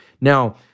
Now